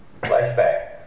Flashback